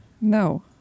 No